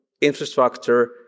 infrastructure